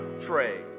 trade